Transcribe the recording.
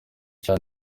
cya